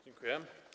Dziękuję.